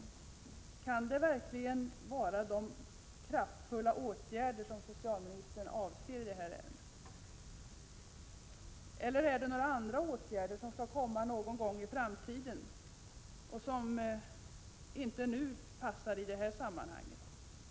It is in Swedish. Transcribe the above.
Men kan det verkligen vara exempel på de kraftfulla åtgärder som socialministern avser att vidta i detta sammanhang, eller kommer andra åtgärder att vidtas någon gång i framtiden som inte nu passar in i bilden?